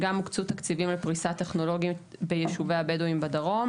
גם הוקצו תקציבים לפרישת טכנולוגיות ביישובי הבדואים בדרום,